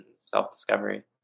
self-discovery